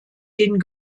den